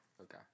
Okay